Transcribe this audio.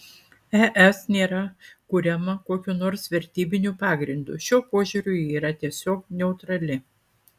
es nėra kuriama kokiu nors vertybiniu pagrindu šiuo požiūriu ji yra tiesiog neutrali